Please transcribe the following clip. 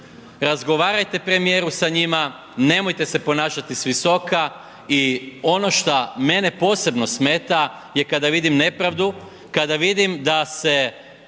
Razgovarajte, premijeru sa njima, nemojte se ponašati s visoka i ono što mene posebno smeta je kada vidim nepravdu, kada vidim da se